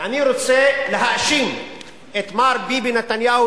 ואני רוצה להאשים את מר ביבי נתניהו,